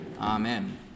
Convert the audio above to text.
Amen